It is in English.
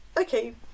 okay